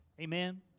Amen